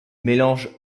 mélange